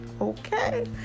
okay